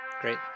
Great